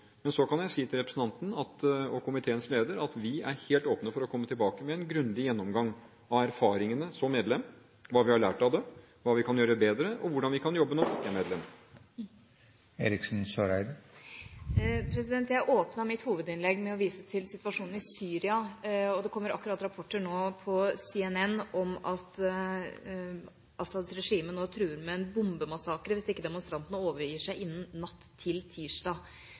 Men så kan jeg si til representanten og komiteens leder at vi er helt åpne for å komme tilbake med en grundig gjennomgang av erfaringene som medlem, hva vi har lært av det, hva vi kan gjøre bedre, og hvordan vi kan jobbe når vi ikke er medlem. Jeg åpnet mitt hovedinnlegg med å vise til situasjonen i Syria, og det kommer rapporter fra CNN akkurat nå om at al-Assads regime truer med en bombemassakre hvis ikke demonstrantene overgir seg innen natt til tirsdag.